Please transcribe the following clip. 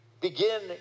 begin